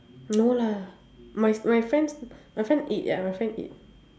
no lah my my friend my friend eat ya my friend eat